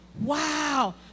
Wow